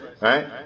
right